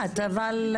לברך את